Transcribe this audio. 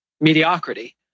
mediocrity